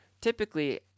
typically